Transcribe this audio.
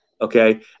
Okay